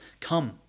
Come